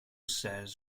says